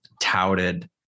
touted